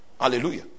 Hallelujah